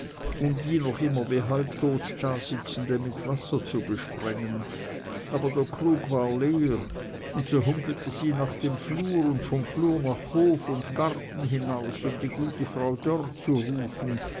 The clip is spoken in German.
um die noch immer wie halbtot dasitzende mit wasser zu besprengen aber der krug war leer und so humpelte sie nach dem flur und vom flur nach hof und garten hinaus um die gute frau dörr zu rufen